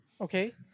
okay